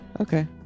okay